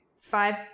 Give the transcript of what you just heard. five